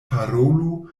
parolu